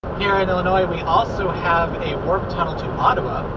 here in illinois we also have a warp tunnel to ottawa.